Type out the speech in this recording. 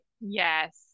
Yes